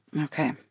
Okay